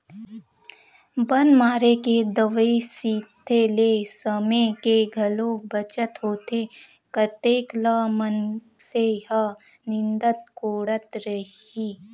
बन मारे के दवई छिते ले समे के घलोक बचत होथे कतेक ल मनसे ह निंदत कोड़त रइही